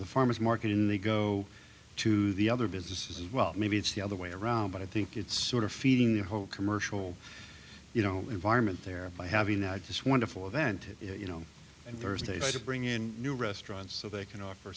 the farmer's market in they go to the other businesses well maybe it's the other way around but i think it's sort of feeding the whole commercial you know environment there by having that this wonderful event you know and thursday to bring in new restaurants so they can offer